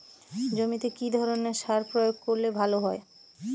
জমিতে কি ধরনের সার প্রয়োগ করলে ভালো হয়?